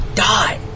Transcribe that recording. die